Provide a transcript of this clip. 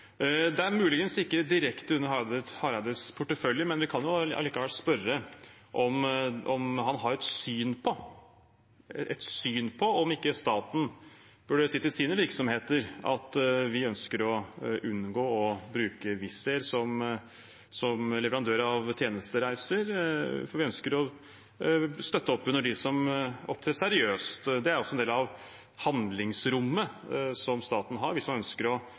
Det er muligens ikke direkte under Hareides portefølje, men vi kan likevel spørre om han har et syn på om ikke staten burde si til sine virksomheter at man ønsker å unngå å bruke Wizz Air som leverandør av tjenestereiser, for vi ønsker å støtte opp under dem som opptrer seriøst. Det er også en del av handlingsrommet som staten har, hvis man ønsker å